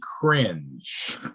cringe